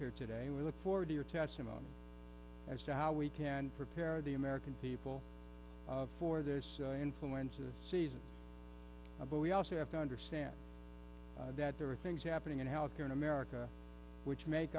here today we look forward to your testimony as to how we can prepare the american people of for this influenza season but we also have to understand that there are things happening in health care in america which make